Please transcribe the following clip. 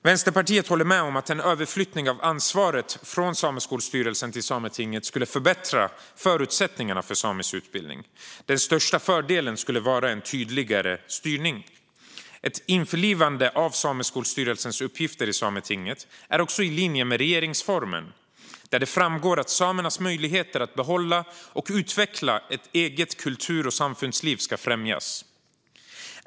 Vänsterpartiet håller med om att en överflyttning av ansvaret från Sameskolstyrelsen till Sametinget skulle förbättra förutsättningarna för samisk utbildning. Den största fördelen skulle vara en tydligare styrning. Ett införlivande av Sameskolstyrelsens uppgifter i Sametinget är också i linje med regeringsformen, där det framgår att samernas möjligheter att behålla och utveckla ett eget kultur och samfundsliv ska främjas.